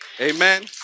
Amen